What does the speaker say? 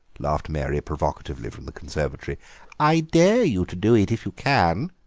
laughed mary provocatively from the conservatory i dare you to do it if you can.